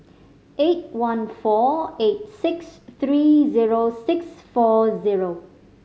eight one four eight six three zero six four zero